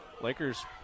Lakers